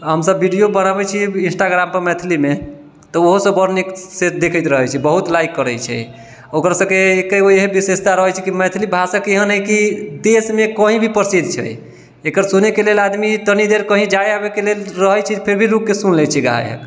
हमसब वीडिओ बनाबै छिए इन्स्टाग्रामपर मैथिलीमे तऽ ओहोसब बड़ नीकसँ देखैत रहै छिए बहुत लाइक करै छै ओकर सबके एके गो इएह विशेषता रहै छै कि मैथिली भाषा केहन अइ कि देशमे कहीँ भी प्रसिद्ध छै एकर सुनैके लेल आदमी तनी देर कहीँ जाइ आबैके लेल रहै छै फिर भी रुकिकऽ सुनि लै छै